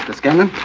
but scanlon.